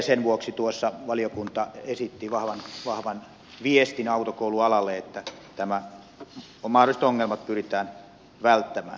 sen vuoksi valiokunta esitti tuossa vahvan viestin autokoulualalle että nämä mahdolliset ongelmat pyritään välttämään